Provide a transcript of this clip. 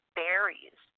berries